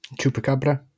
chupacabra